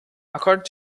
according